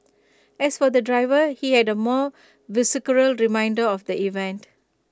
as for the driver he had A more visceral reminder of the event